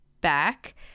back